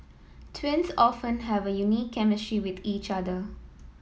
twins often have a unique chemistry with each other